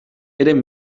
eren